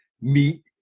meet